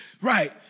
Right